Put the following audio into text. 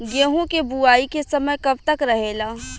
गेहूँ के बुवाई के समय कब तक रहेला?